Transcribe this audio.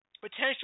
potential